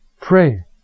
pray